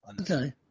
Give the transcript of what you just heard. Okay